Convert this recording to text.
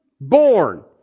born